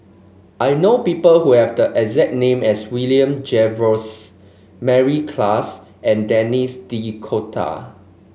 I know people who have the exact name as William Jervois Mary Klass and Denis D'Cotta